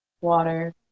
WATER